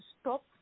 stop